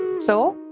so.